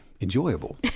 enjoyable